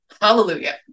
Hallelujah